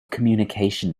communication